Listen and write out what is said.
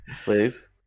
please